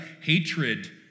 hatred